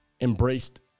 embraced